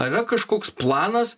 ar yra kažkoks planas